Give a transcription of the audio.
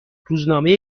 روزنامه